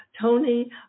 Tony